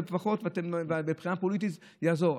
ולפחות מבחינה פוליטית זה יעזור.